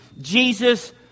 Jesus